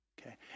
Okay